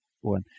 one